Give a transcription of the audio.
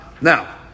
Now